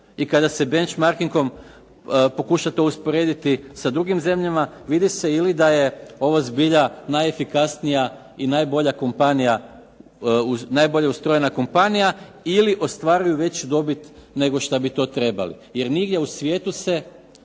i kada se bench markingom to pokuša usporediti sa drugim zemljama, vidi se da je ovo zbilja najefikasnija ili najbolje ustrojena kompanija ili ostvaruju veću dobit nego što bi to trebali jer nigdje u svijetu se